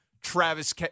Travis